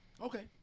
Okay